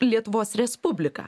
lietuvos respubliką